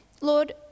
Lord